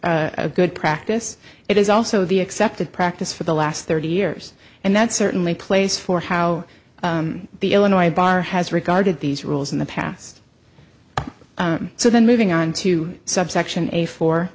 a good practice it is also the accepted practice for the last thirty years and that certainly plays for how the illinois bar has regarded these rules in the past so then moving on to subsection a for